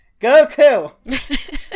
Goku